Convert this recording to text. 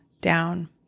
down